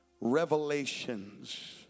revelations